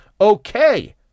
Okay